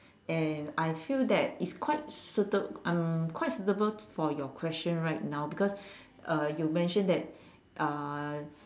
and I feel that it's quite suited um quite suitable for your question right now because uh you mention that uh